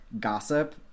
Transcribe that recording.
gossip